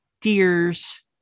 deers